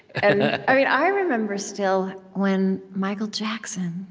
and i remember, still, when michael jackson